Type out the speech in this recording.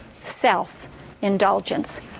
self-indulgence